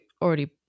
already